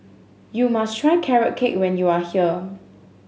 you must try Carrot Cake when you are here